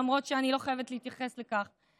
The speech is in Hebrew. למרות שאני לא חייבת להתייחס לכך,